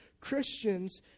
Christians